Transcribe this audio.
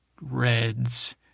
reds